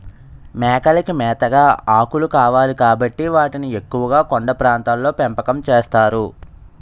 మేకలకి మేతగా ఆకులు కావాలి కాబట్టి వాటిని ఎక్కువుగా కొండ ప్రాంతాల్లో పెంపకం చేస్తారు